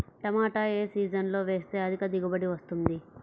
టమాటా ఏ సీజన్లో వేస్తే అధిక దిగుబడి వస్తుంది?